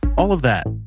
all of that,